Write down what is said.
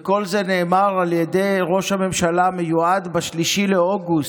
וכל זה נאמר על ידי ראש הממשלה המיועד ב-3 באוגוסט.